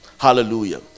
Hallelujah